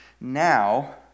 now